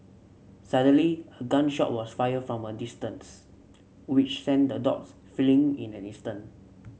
suddenly a gun shot was fired from a distance which sent the dogs fleeing in an instant